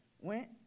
went